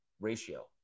ratio